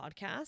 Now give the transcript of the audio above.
podcast